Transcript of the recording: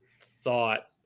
thought